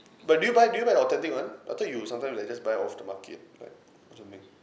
but do you buy do you buy the authentic one I thought you sometimes you like just buy off the market like doesn't make